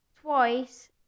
twice